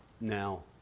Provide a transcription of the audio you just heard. now